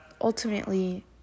ultimately